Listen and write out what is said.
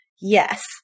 yes